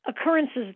occurrences